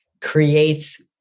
creates